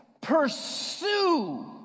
pursue